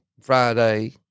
Friday